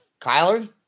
Kyler